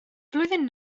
flwyddyn